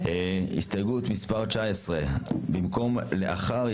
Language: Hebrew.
הסתייגות מספר 17. בסעיף 9א(א) המוצע,